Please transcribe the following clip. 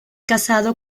casado